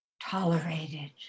tolerated